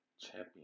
champion